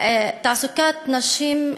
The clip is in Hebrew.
תעסוקת נשים,